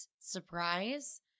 surprise